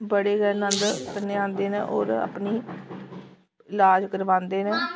बड़े गै नंद कन्नै आंदे न होर अपनी इलाज करवांदे न